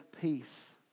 peace